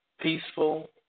peaceful